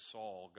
Saul